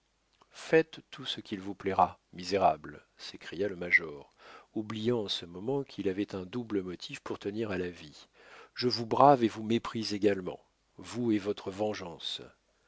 faites tout ce qu'il vous plaira misérable s'écria le major oubliant en ce moment qu'il avait un double motif pour tenir à la vie je vous brave et vous méprise également vous et votre vengeance